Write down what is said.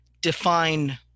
Define